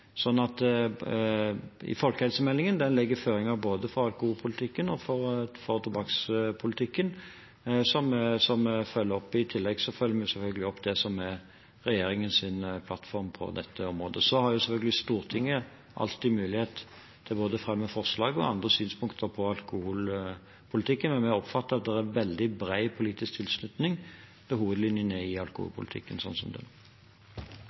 tillegg følger vi selvfølgelig opp det som er regjeringens plattform på dette området. Så har selvfølgelig Stortinget alltid mulighet til både å fremme forslag og ha andre synspunkter på alkoholpolitikken, men jeg oppfatter at det er veldig bred politisk tilslutning til hovedlinjene i alkoholpolitikken slik som den